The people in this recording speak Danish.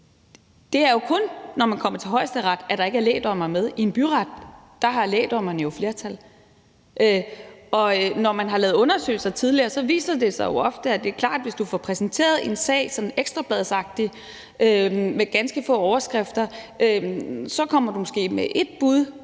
det jo kun er, når man kommer til Højesteret, at der ikke er lægdommere med. I en byret har lægdommerne jo flertal, og når man har lavet undersøgelser tidligere, viser det sig jo ofte klart, at hvis du får præsenteret en sag sådan Ekstra Blads-agtigt med ganske få overskrifter, kommer du måske med ét bud